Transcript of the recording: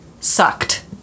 Sucked